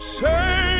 say